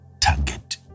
target